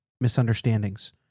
misunderstandings